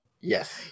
Yes